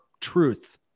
truth